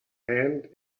hand